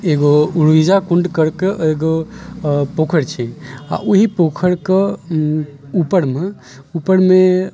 एगो उर्विजा कुण्ड करिके एगो पोखैर छै आओर ओहि पोखैरके उपरमे